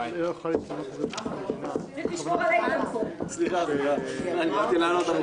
י"א בתמוז תשפ"א 21 ביוני 2021. בקשת הממשלה להקדמת הדיון בהצעות חוק